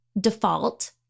default